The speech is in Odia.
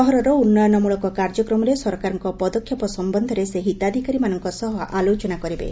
ସହରର ଉନ୍ନୟନମୂଳକ କାର୍ଯ୍ୟକ୍ରମରେ ସେ ସରକାରଙ୍କ ପଦକ୍ଷେପ ସମ୍ଭନ୍ଧୀୟ ହିତାଧିକାରୀମାନଙ୍କ ସହ ଆଲୋଚନା କରିବେ